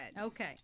Okay